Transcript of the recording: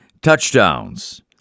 touchdowns